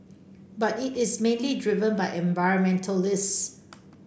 but it is mainly driven by environmentalists